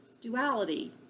duality